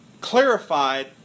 clarified